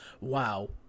wow